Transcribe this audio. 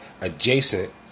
adjacent